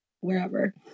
wherever